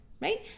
Right